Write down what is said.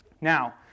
Now